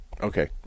okay